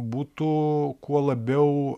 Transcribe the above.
būtų kuo labiau